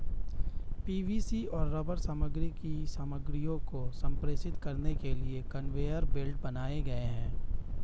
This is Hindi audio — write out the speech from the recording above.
पी.वी.सी और रबर सामग्री की सामग्रियों को संप्रेषित करने के लिए कन्वेयर बेल्ट बनाए गए हैं